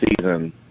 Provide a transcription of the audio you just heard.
season